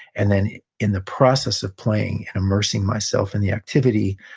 and then in the process of playing and immersing myself in the activity,